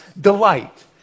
delight